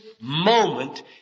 moment